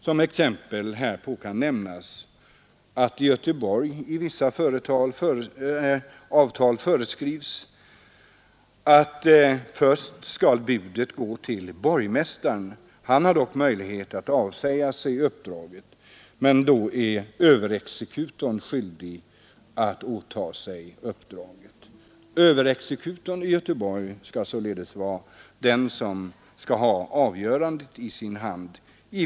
Som exempel härpå kan nämnas att det i Göteborg finns föreskrivet i vissa avtal att budet först måste gå till borgmästaren. Han har dock möjlighet att avsäga sig uppdraget, men då är överexekutorn skyldig att åta sig uppdraget. Överexekutorn i Göteborg skall således vara den som i vissa fall skall ha avgörandet i sin hand.